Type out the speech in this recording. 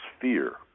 fear